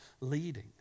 leading